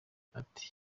ati